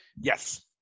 Yes